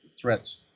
threats